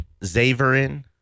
Zaverin